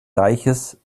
reiches